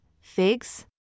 figs